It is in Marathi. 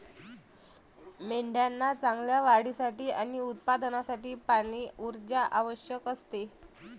मेंढ्यांना चांगल्या वाढीसाठी आणि उत्पादनासाठी पाणी, ऊर्जा आवश्यक असते